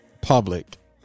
public